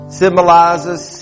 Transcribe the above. symbolizes